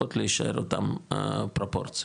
צריכות להישאר אותם הפרופורציות.